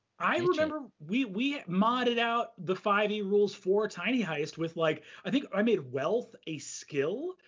i remember we we modded out the five e rules for tiny heist with like, i think i made wealth a skill.